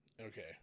Okay